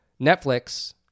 Netflix